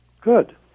Good